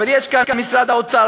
אבל יש כאן: משרד האוצר,